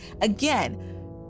again